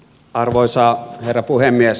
arvoisa herra puhemies